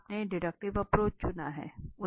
आपने detective approach चुना है